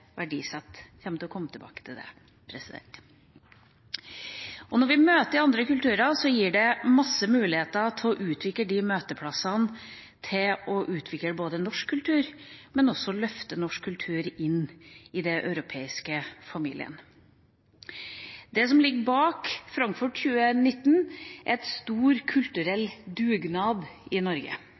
tilbake til det. Når vi møter andre kulturer, gir det oss mange muligheter til å bruke de møteplassene til både å utvikle norsk kultur og å løfte norsk kultur inn i den europeiske familien. Det som ligger bak Frankfurt 2019, er en stor kulturell dugnad i Norge,